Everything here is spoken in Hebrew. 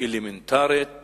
אלמנטרית